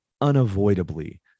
unavoidably